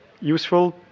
useful